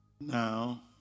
Now